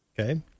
Okay